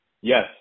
Yes